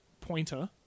pointer